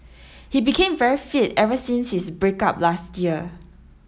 he became very fit ever since his break up last year